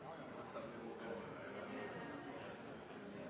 har jo